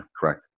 correct